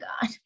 God